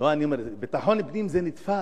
לא, אני אומר, ביטחון הפנים זה נתפס,